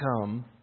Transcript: come